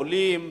עולים,